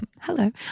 hello